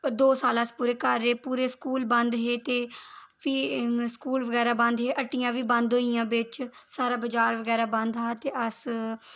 दो साल अस पूरे घर रेह् पूरे स्कूल बंद हे ते फ्ही स्कूल बगैरा बंद हे हट्टियां बी बंद होई गेइयां बिच सारा बजार बगैरा बंद हा ते अस